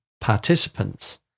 participants